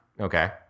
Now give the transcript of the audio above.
Okay